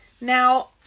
Now